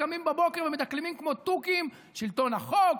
קמים בבוקר ומדקלמים כמו תוכים: שלטון החוק,